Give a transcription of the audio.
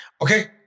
Okay